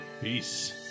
Peace